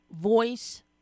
voice